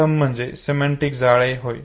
प्रथम म्हणजे सिमेंटिक जाळे होय